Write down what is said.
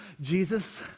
Jesus